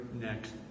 next